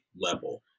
level